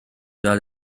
cael